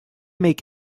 make